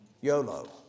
YOLO